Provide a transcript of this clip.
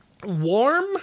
warm